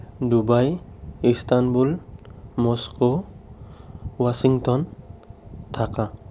Dubai Istanbul Moscow Washington Dhaka